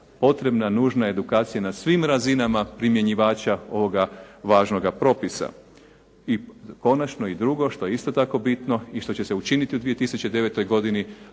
potrebna, nužna edukacija na svim razinama primjenjivača ovoga važnoga propisa. I konačno i drugo što je isto tako bitno i što će se učiniti u 2009. godini,